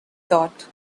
thought